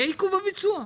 יהיה עיכוב בביצוע,